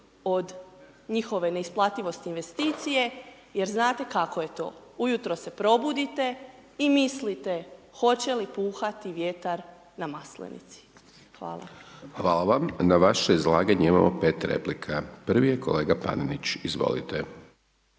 od njihove neisplativosti investicije, jer znate kako je to, ujutro se probudite i mislite hoće li puhati vjetar na Maslenici. Hvala. **Hajdaš Dončić, Siniša (SDP)** Hvala vam. Na vaše izlaganje imamo 5 replika. Prvi je kolega Panenić. Izvolite.